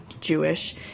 Jewish